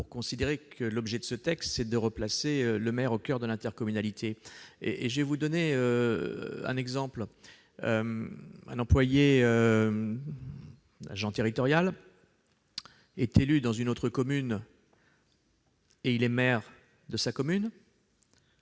pour considérer que l'objet de ce texte est de replacer le maire au coeur de l'intercommunalité. Je vais vous donner un exemple : un agent territorial est élu dans une autre commune, dont il devient le maire.